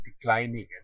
declining